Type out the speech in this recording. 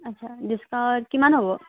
আচ্ছা ডিছকাউণ্ট কিমান হ'ব